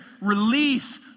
release